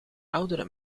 oudere